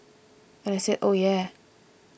and I said oh yeah